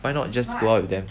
why not just go out with them